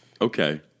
okay